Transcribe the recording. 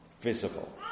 visible